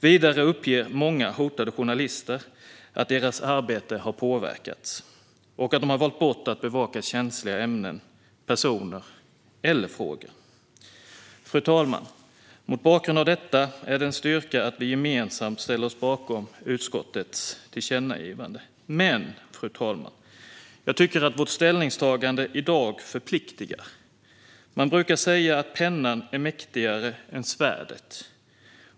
Vidare uppger många hotade journalister att deras arbete har påverkats och att de har valt bort att bevaka känsliga ämnen, personer och frågor. Fru talman! Mot bakgrund av detta är det en styrka att vi gemensamt ställer oss bakom utskottets tillkännagivande. Men, fru talman, jag tycker att vårt ställningstagande i dag förpliktar. Det brukar sägas att pennan är mäktigare än svärdet.